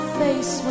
face